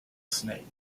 snake